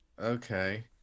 Okay